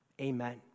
Amen